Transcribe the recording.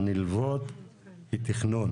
הנלוות היא תכנון,